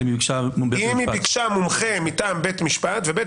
אלא אם היא ביקשה --- אם היא ביקשה מומחה מטעם בית משפט ובית